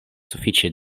sufiĉe